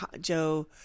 Joe